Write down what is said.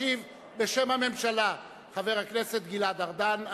ישיב בשם הממשלה חבר הכנסת גלעד ארדן.